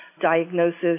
diagnosis